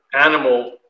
animal